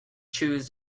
choose